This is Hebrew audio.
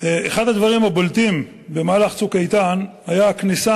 אחד הדברים הבולטים במהלך "צוק איתן" היה הכניסה